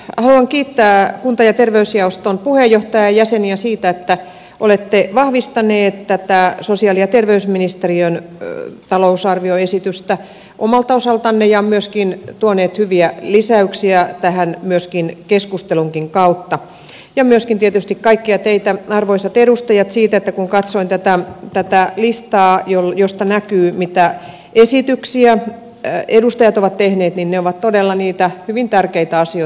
haluan kiittää kunta ja terveysjaoston puheenjohtajaa ja jäseniä siitä että olette vahvistaneet tätä sosiaali ja terveysministeriön talousarvioesitystä omalta osaltanne ja myöskin tuoneet hyviä lisäyksiä tähän keskustelunkin kautta ja myöskin tietysti kaikkia teitä arvoisat edustajat siitä että kun katsoin tätä listaa josta näkyy mitä esityksiä edustajat ovat tehneet niin ne ovat todella niitä hyvin tärkeitä asioita